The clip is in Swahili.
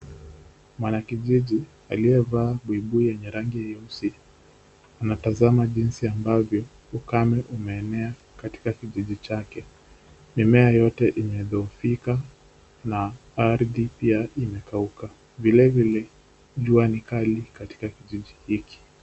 Mwanakijiji aliyevaa buibui yenye rangi nyeusi anatazama jinsi ambavyo ukame umeenea katika kijiji chake, mimea yote imedhoofika na ardhi pia imekauka vilevile jua ni kali katika kijiji hiki.